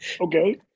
Okay